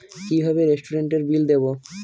কিভাবে রেস্টুরেন্টের বিল দেবো?